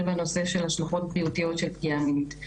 בנושא של השלכות בריאותיות של פגיעה מינית.